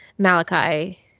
Malachi